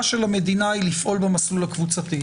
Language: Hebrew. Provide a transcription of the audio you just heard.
של המדינה היא לפעול במסלול הקבוצתי,